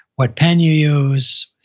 what pen you use,